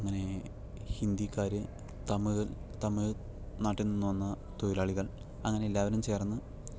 അങ്ങനെ ഹിന്ദിക്കാർ തമിഴ് നാട്ടിൽ നിന്ന് വന്ന തൊഴിലാളികൾ അങ്ങനെ എല്ലാവരും ചേർന്ന്